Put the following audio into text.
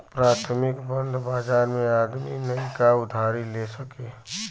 प्राथमिक बंध बाजार मे आदमी नइका उधारी ले सके